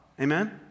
Amen